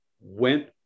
went